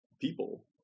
people